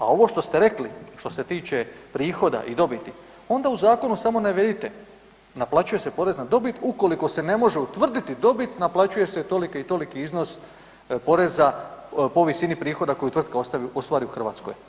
A ovo što ste rekli što se tiče prihoda i dobiti onda u zakonu samo navedite naplaćuje se porez na dobit ukoliko se ne može utvrditi dobit naplaćuje se toliki i toliki iznos poreza po visini prihoda koju tvrtka ostvari u Hrvatskoj.